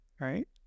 right